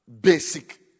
basic